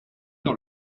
dans